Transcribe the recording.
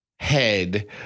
head